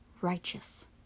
righteous